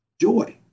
joy